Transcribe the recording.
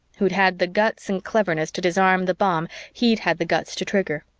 who'd had the guts and cleverness to disarm the bomb he'd had the guts to trigger.